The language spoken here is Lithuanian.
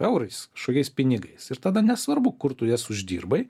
eurais šalies pinigais ir tada nesvarbu kur tu jas uždirbai